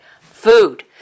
Food